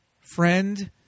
friend